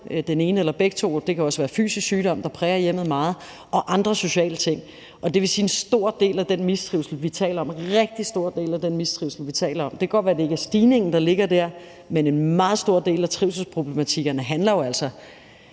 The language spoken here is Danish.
den ene eller begge to, og det kan også være fysisk sygdom, der præger hjemmet meget, og andre sociale ting. Og det vil sige, at en stor del af den mistrivsel, vi taler om, en rigtig stor del af de mistrivselsproblematikker, vi taler om – det kan godt være, det ikke er stigningen, der ligger der – jo altså handler om sociale problemer i familier, og det